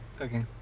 Okay